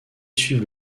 suivent